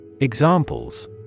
Examples